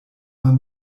man